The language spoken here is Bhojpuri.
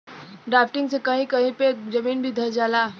ड्राफ्टिंग से कही कही पे जमीन भी धंस जाला